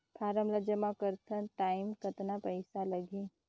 Form ला जमा करत टाइम कतना पइसा लगही?